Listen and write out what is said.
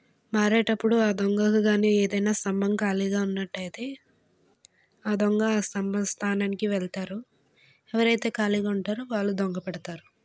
మారేటప్పుడు ఆ దొంగకు కానీ ఏదైనా స్తంభం ఖాళీగా ఉన్నట్టయితే ఆ దొంగ ఆ స్తంభం స్థానానికి వెళ్తారు ఎవరైతే ఖాళీగా ఉంటారో వాళ్ళు దొంగ పెడతారు